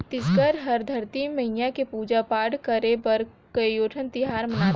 छत्तीसगढ़ हर धरती मईया के पूजा पाठ करे बर कयोठन तिहार मनाथे